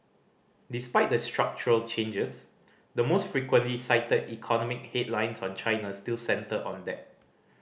despite the structural changes the most frequently cited economic headlines on China still centre on debt